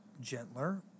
gentler